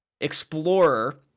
explorer